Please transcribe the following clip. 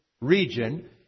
region